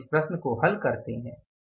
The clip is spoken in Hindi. अब हम इस प्रश्न को हल करते हैं